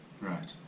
Right